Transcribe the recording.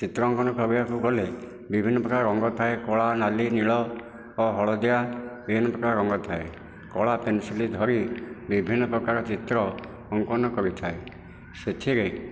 ଚିତ୍ର ଅଙ୍କନ କରିବାକୁ ଗଲେ ବିଭିନ୍ନ ପ୍ରକାର ରଙ୍ଗ ଥାଏ କଳା ନାଲି ନୀଳ ଓ ହଳଦିଆ ବିଭିନ୍ନ ପ୍ରକାର ରଙ୍ଗ ଥାଏ କଳା ପେନସିଲ୍ ଧରି ବିଭିନ୍ନ ପ୍ରକାର ଚିତ୍ର ଅଙ୍କନ କରିଥାଏ ସେଥିରେ